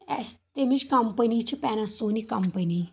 اسۍ تمٕچ کمپٔنی چھِ پیٚنَسونِک کمپٔنی